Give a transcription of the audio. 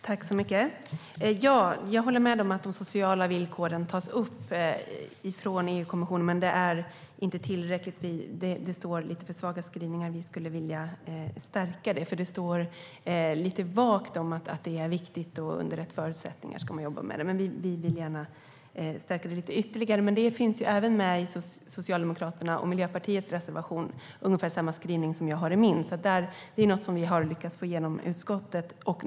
Herr talman! Jag håller med om att de sociala villkoren tas upp från EU-kommissionens sida, men det är inte tillräckligt. Skrivningarna är lite för svaga, och vi skulle vilja stärka dem. Det står lite vagt om att det är viktigt och att man ska jobba med det här under rätt förutsättningar. Vi vill gärna stärka det lite ytterligare. Ungefär samma skrivning som jag har i min reservation finns med i Socialdemokraternas och Miljöpartiets reservation, så det är något som vi har lyckats få igenom i utskottet.